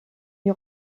die